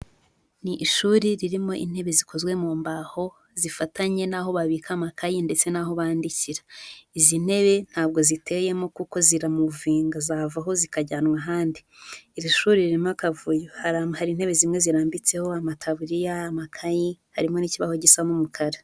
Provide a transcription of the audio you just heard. Ni ishuri ririmo intebe zikozwe mu mbaho, zifatanye n'aho babika amakayi ndetse n'aho bandikira. Izi ntebe ntabwo ziteyemo kuko ziramuvinga. Zavaho zikajyanwa ahandi. Iri shuri ririmo akavuyo, hari intebe zimwe zirambitseho amataburiya, amakayi, harimo n'ikibaho gisa n'umukara.